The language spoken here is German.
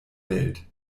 welt